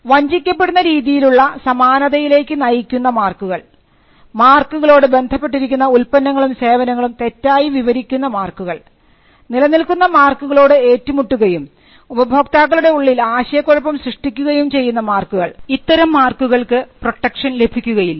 വഞ്ചിക്കപ്പെടുന്ന രീതിയിലുള്ള സമാനതയിലേക്ക് നയിക്കുന്ന മാർക്കുകൾ മാർക്കുകളോട് ബന്ധപ്പെട്ടിരിക്കുന്ന ഉൽപ്പന്നങ്ങളും സേവനങ്ങളും തെറ്റായി വിവരിക്കുന്ന മാർക്കുകൾ നിലനിൽക്കുന്ന മാർക്കുകളോട് ഏറ്റുമുട്ടുകയും ഉപഭോക്താക്കളുടെ ഉള്ളിൽ ആശയക്കുഴപ്പം സൃഷ്ടിക്കുകയും ചെയ്യുന്ന മാർക്കുകൾ ഇത്തരം മാർക്കുകൾക്ക് പ്രൊട്ടക്ഷൻ ലഭിക്കുകയില്ല